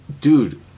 dude